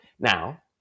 Now